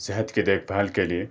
صحت کے دیکھ بھال کے لیے